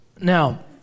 Now